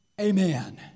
Amen